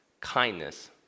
kindness